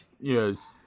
Yes